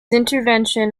intervention